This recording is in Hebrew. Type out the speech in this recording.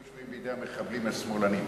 שבויים בידי המחבלים השמאלנים.